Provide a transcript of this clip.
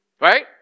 right